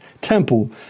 temple